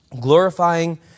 glorifying